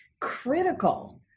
Critical